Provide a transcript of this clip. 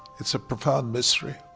it's a profound mystery.